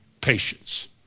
patience